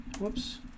whoops